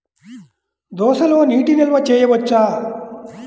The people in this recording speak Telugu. దోసలో నీటి నిల్వ చేయవచ్చా?